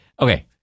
Okay